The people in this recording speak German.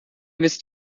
wisst